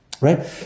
right